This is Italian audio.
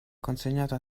consegnato